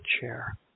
chair